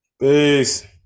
Peace